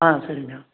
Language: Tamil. ஆ சரிங்க